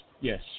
yes